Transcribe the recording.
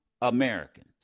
Americans